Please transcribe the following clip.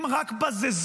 הם רק בזזו,